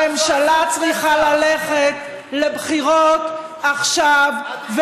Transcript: הממשלה צריכה ללכת לבחירות עכשיו,